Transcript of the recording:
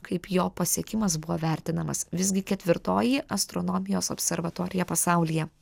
kaip jo pasiekimas buvo vertinamas visgi ketvirtoji astronomijos observatorija pasaulyje